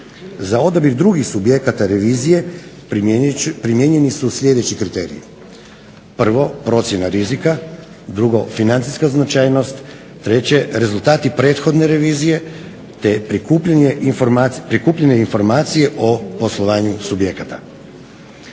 Za odabir drugih subjekata revizije primijenjeni su sljedeći kriteriji. Prvo procjena rizika, drugo financijska značajnost, treće rezultati prethodne revizije, te prikupljanje informacije o poslovanju subjekata.